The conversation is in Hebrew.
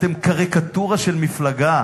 אתם קריקטורה של מפלגה.